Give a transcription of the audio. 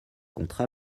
contre